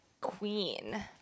queen